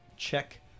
Check